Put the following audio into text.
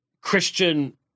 Christian